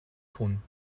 tun